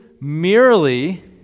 merely